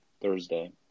Thursday